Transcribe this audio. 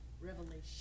Revelation